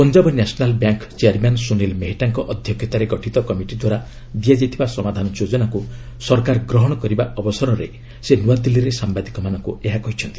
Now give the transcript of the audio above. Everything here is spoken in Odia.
Punjab national bank chairman Sunil ମେହେଟ୍ଟାଙ୍କ ଅଧ୍ୟକ୍ଷତାରେ ଗଠିତ କମିଟିଦ୍ୱାରା ଦିଆଯାଇଥିବା ସମାଧାନ ଯୋଜନାକୁ ସରକାର ଗ୍ରହଣ କରିବା ଅବସରରେ ସେ ନୂଆଦିଲ୍ଲୀରେ ସାମ୍ବାଦିକମାନଙ୍କୁ ଏହା କହିଛନ୍ତି